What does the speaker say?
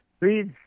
please